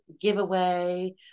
giveaway